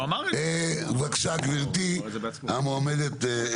בבקשה גברתי, המועמדת.